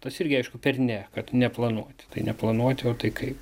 tas irgi aišku per ne kad neplanuoti tai neplanuoti o tai kaip